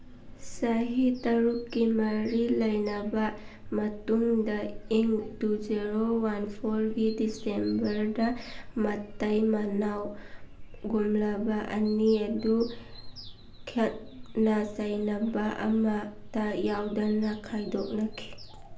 ꯆꯍꯤ ꯇꯔꯨꯛꯀꯤ ꯃꯔꯤ ꯂꯩꯅꯕ ꯃꯇꯨꯡꯗ ꯏꯪ ꯇꯨ ꯖꯦꯔꯣ ꯋꯥꯟ ꯐꯣꯔꯒꯤ ꯗꯤꯁꯦꯝꯕꯔꯗ ꯃꯇꯩ ꯃꯅꯥꯎ ꯒꯨꯝꯂꯕ ꯑꯅꯤ ꯑꯗꯨ ꯈꯠꯅ ꯆꯩꯅꯕ ꯑꯃꯇ ꯌꯥꯎꯗꯅ ꯈꯥꯏꯗꯣꯛꯅꯈꯤ